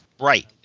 right